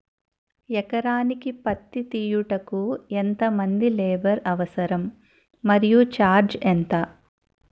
ఎకరానికి పత్తి తీయుటకు ఎంత మంది లేబర్ అవసరం? మరియు ఛార్జ్ ఎంత?